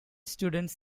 students